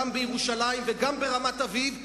גם בירושלים וגם ברמת-אביב,